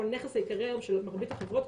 הוא נכס העיקרי של מרבית החברות,